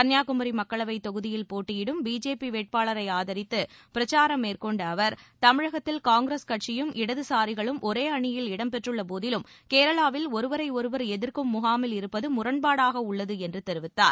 கள்ளியாகுமரி மக்களவைத் தொகுதியில் போட்டியிடும் பிஜேபி வேட்பாளரை ஆதரித்து பிரச்சாரம் மேற்கொண்ட அவர் தமிழகத்தில் காங்கிரஸ் கட்சியும் இடதுகாரிகளும் ஒரே அணியில் இடம் பெற்றுள்ளபோதிலும் கேரளாவில் ஒருவரை ஒருவர் எதிர்க்கும் முகாமில் இருப்பது முரண்பாடாக உள்ளது என்று தெரிவித்தார்